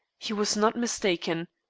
he was not mistaken.